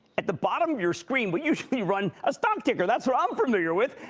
at the bottom of your screen we usually run a stock ticker that's what i'm familiar with.